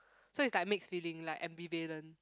so it's like a mixed feeling like ambivalent